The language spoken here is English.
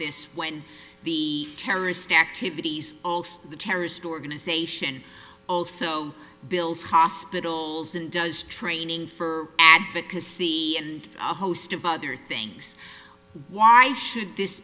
this when the terrorist activities of the terrorist organization also builds hospitals and does training for advocacy and a host of other things why should